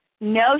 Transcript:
No